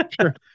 sure